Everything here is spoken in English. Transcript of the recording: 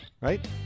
right